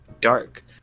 dark